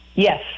Yes